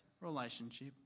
relationship